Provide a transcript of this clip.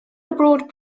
abroad